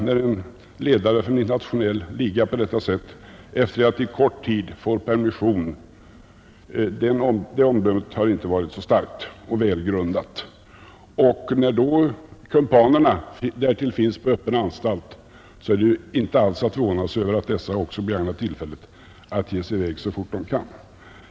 När en ledare för en internationell liga på detta sätt avviker, sedan han efter kort fängelsestraff fått permission, har det omdöme som visats intet varit så gott eller välgrundat. När därtill hans kumpaner finns på öppen anstalt, är det inte att förvåna sig över att dessa också begagnar tillfället att ge sig i väg så fort de kan.